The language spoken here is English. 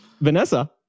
Vanessa